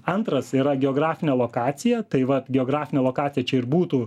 antras yra geografinė lokacija tai va geografinė lokacija čia ir būtų